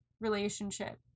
relationship